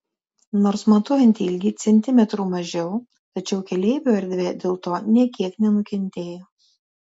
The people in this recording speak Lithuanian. nors matuojant ilgį centimetrų mažiau tačiau keleivių erdvė dėl to nė kiek nenukentėjo